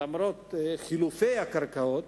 למרות חילופי הקרקעות,